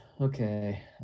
Okay